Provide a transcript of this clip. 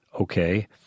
Okay